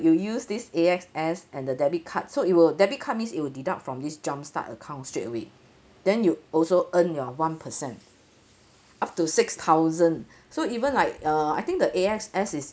you use this AXS and the debit card so it will debit card means it will deduct from this jumpstart account straightaway then you also earn your one percent up to six thousand so even like uh I think the AXS is